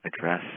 address